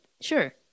sure